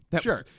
sure